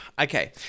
Okay